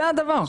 זה הדבר.